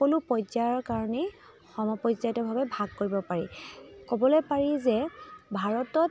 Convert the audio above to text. সকলো পৰ্যায়ৰ কাৰণেই সমপৰ্যায়ত ভাগ কৰিব পাৰি ক'বলৈ পাৰি যে ভাৰতত